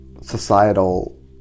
societal